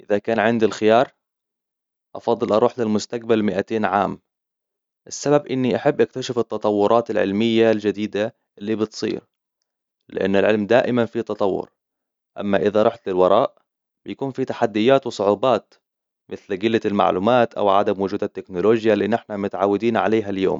إذا كان عند الخيار أفضل أروح للمستقبل مائتين عام السبب إني أحب أكتشف التطورات العلمية الجديدة اللي بتصير لأن العلم دائما في تتطور أما إذا رحت للوراء يكون فيه تحديات وصعوبات مثل قله المعلومات أو عدم وجود التكنولوجيا اللي نحن متعودين عليها اليوم